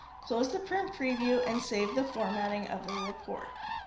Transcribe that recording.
close the print preview and save the formatting of the report.